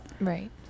Right